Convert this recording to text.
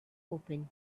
opened